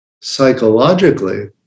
psychologically